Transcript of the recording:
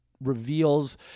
reveals